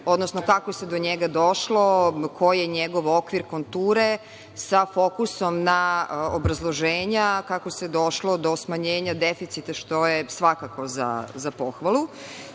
odnosno kako se do njega došlo, koji je njegov okvir, konture, sa fokusom na obrazloženja kako se došlo do smanjenja deficita, što je svakako za pohvalu. Ja